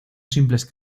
simples